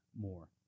more